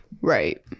Right